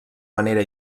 manera